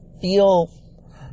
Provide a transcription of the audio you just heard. feel